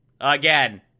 Again